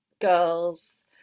girls